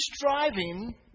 striving